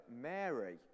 Mary